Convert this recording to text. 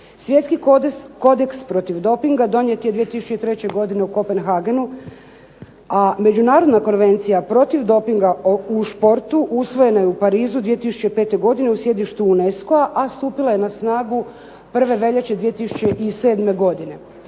Svjetski kodeks protiv dopinga donijet je 2003. godine u Kopenhagenu, a Međunarodna konvencija protiv dopinga u športu usvojena je u Parizu 2005. godine u sjedištu UNESCO-a, a stupila je na snagu 1. veljače 2007. godine.